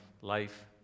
life